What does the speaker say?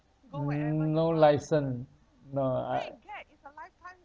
n~ no license no I